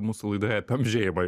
mūsų laidoje apie amžėjimą